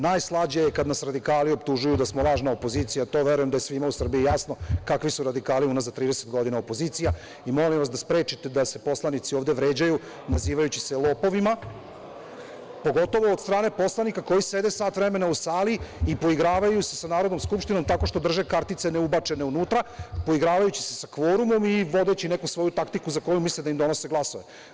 Najslađe je kad nas radikali optužuju da smo lažna opozicija, to verujem da je svima u Srbiji jasno kakvo su radikali unazad 30 godina opozicija i molim vas da sprečite da se poslanici ovde vređaju, nazivajući se lopovima, pogotovo od stranke poslanika koji sede sat vremena u sali i poigravaju se sa Narodnom skupštinom tako što drže kartice ne ubačene unutra, poigravajući se sa kvorumom i vodeći neku svoju taktiku za koju misle da im donose glasove.